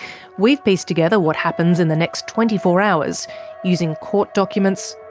we've pieced together what happens in the next twenty four hours using court documents,